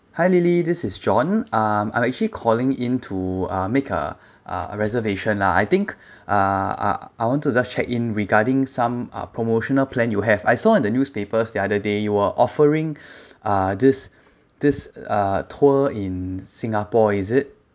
hi lily this is john um I'm actually calling in to uh make a a reservation lah I think uh uh I want to just check in regarding some uh promotional plan you have I saw on the newspapers the other day you were offering uh this this uh tour in singapore is it